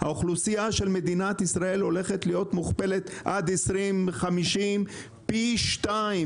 האוכלוסייה של מדינת ישראל הולכת להיות מוכפלת עד 2050 פי שניים.